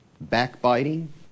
backbiting